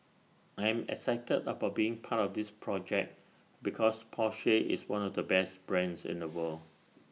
I am excited about being part of this project because Porsche is one of the best brands in the world